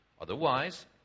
Otherwise